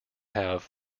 have